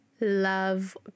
love